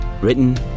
Written